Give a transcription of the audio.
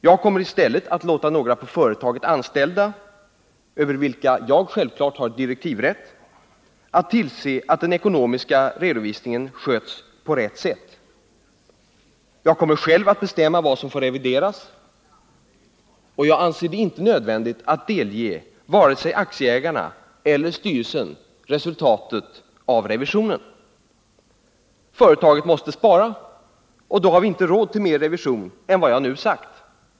Jag kommer i stället att låta några på företaget anställda, över vilka jag självfallet har direktivrätt, tillse att den ekonomiska redovisningen sköts på rätt sätt. Jag kommer själv att bestämma vad som får revideras, och jag anser det inte nödvändigt att delge vare sig aktieägarna eller styrelsen resultatet av revisionen. Företaget måste spara, och då har vi inte råd till mer revision än vad jag nu sagt.